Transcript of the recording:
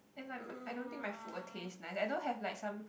and like I don't think my food will taste nice I don't have like some